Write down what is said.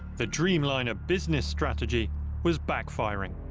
the dreamliner business strategy was backfiring.